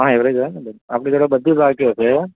હા એવરેજ હોય ને બેન આપણી જોડે બધી જ માહિતી હશે